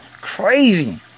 crazy